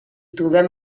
trobem